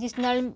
ਜਿਸ ਨਾਲ